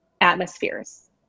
atmospheres